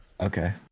okay